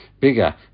Bigger